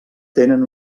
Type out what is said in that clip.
tenen